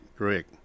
Correct